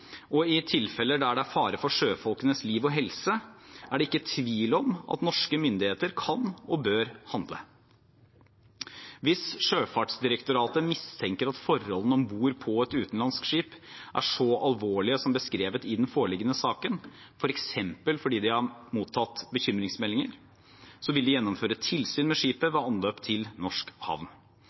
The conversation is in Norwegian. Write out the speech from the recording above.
og i tilfeller der det er fare for sjøfolkenes liv og helse, er det ikke tvil om at norske myndigheter kan og bør handle. Hvis Sjøfartsdirektoratet mistenker at forholdene om bord på et utenlandsk skip er så alvorlige som beskrevet i den foreliggende saken, f.eks. fordi de har mottatt bekymringsmeldinger, vil de gjennomføre tilsyn med skipet ved anløp til norsk havn.